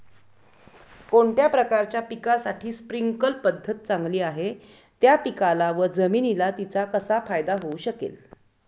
कोणत्या प्रकारच्या पिकासाठी स्प्रिंकल पद्धत चांगली आहे? त्या पिकाला व जमिनीला तिचा कसा फायदा होऊ शकेल?